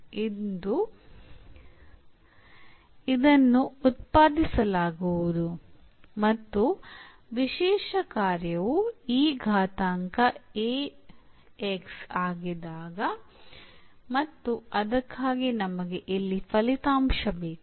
ಇಂದು ಇದನ್ನು ಉತ್ಪಾದಿಸಿಲಾಗುವುದು ನಮ್ಮ ವಿಶೇಷ ಕಾರ್ಯವು ಇ ಘಾತಾಂಕ a x ಆಗಿದ್ದಾಗ ಮತ್ತು ಅದಕ್ಕಾಗಿ ನಮಗೆ ಇಲ್ಲಿ ಈ ಫಲಿತಾಂಶ ಬೇಕು